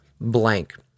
blank